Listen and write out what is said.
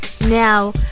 Now